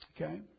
Okay